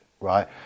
right